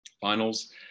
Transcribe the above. finals